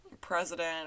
president